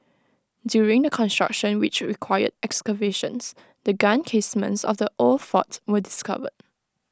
during the construction which required excavations the gun casements of the old fort were discovered